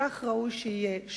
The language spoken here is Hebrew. וכך ראוי שיהיה,